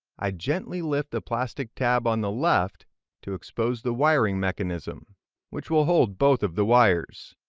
i gently lift the plastic tab on the left to expose the wiring mechanism which will hold both of the wires.